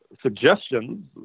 Suggestions